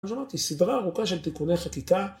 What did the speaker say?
אז אמרתי סדרה ארוכה של תיקוני חקיקה.